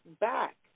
back